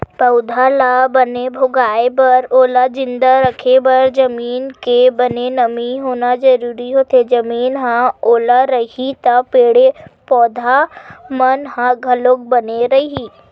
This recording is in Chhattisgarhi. पउधा ल बने भोगाय बर ओला जिंदा रखे बर जमीन के बने नमी होना जरुरी होथे, जमीन ह ओल रइही त पेड़ पौधा मन ह घलो बने रइही